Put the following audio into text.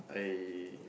I